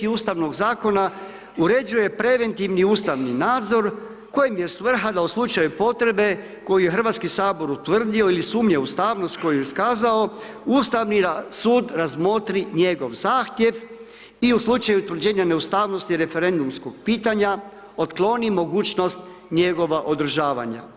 Ustavnog zakona uređuje preventivni ustavni nadzor kojem je svrha da u slučaju potrebe koju je Hrvatski sabor utvrdio ili sumnje u ustavnost koju je iskazao Ustavni sud razmotri njegov zahtjev i u slučaju utvrđenja neustavnosti referendumskog pitanja otkloni mogućnost njegova održavanja.